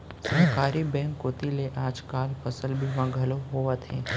सहकारी बेंक कोती ले आज काल फसल बीमा घलौ होवथे